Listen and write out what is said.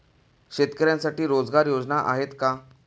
शेतकऱ्यांसाठी रोजगार योजना आहेत का?